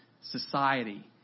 Society